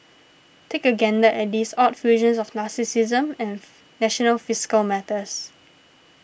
take a gander at these odd fusions of narcissism and national fiscal matters